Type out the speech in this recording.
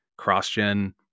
CrossGen